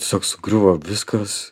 tiesiog sugriuvo viskas